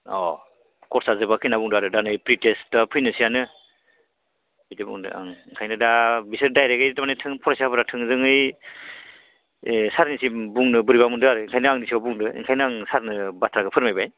अ कर्सआ जोबाखै होनना बुंदो आरो दा नै प्रि टेस्ट फैनोसै आनो बिदि बुंदो ओं बेखायनो दा बिसोरो दायरेक्टयै फरायसाफोरा थोंजोङै सारनिसिम बुंनो बोरैबा मोन्दों आरो बेखायनो आंनि सिगाङाव बुंदों ओंखायनो आं सारनो बाथ्राखौ फोरमायबाय